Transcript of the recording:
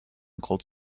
called